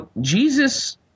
Jesus